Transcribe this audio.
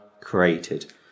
created